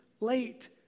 late